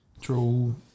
True